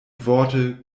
worte